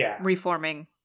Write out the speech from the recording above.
reforming